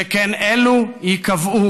שכן אלה ייקבעו,